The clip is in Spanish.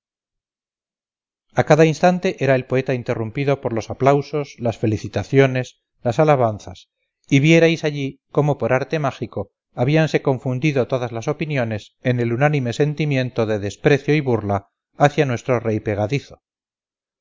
a cada instante era el poeta interrumpido por los aplausos las felicitaciones las alabanzas y vierais allí cómo por arte mágico habíanse confundido todas las opiniones en el unánime sentimiento de desprecio y burla hacia nuestro rey pegadizo